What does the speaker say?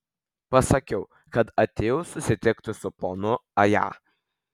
pasakiau kad atėjau susitikti su ponu aja